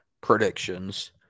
predictions